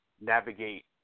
navigate